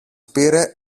πήρε